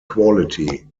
quality